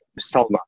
Salma